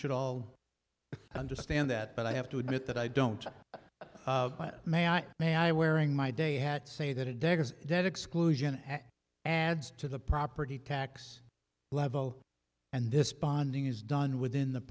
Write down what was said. should all understand that but i have to admit that i don't may i may i wearing my day hats say that it begs that exclusion and adds to the property tax level and this bonding is done within the